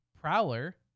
Prowler